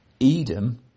Edom